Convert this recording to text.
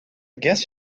guess